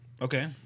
okay